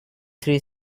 three